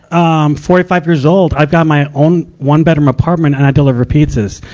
um forty five years old. i've got my own one bedroom apartment and i deliver pizzas.